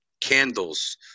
candles